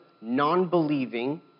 non-believing